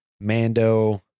Mando